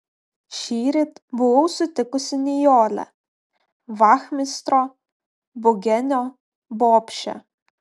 šįryt buvau sutikusi nijolę vachmistro bugenio bobšę